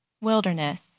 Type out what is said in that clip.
wilderness